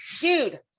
dude